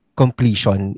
completion